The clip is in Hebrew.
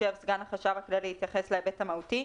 יישב סגן החשב הכללי שיתייחס להיבט המהותי.